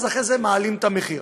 אז אחרי זה מעלים את המחיר.